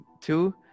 two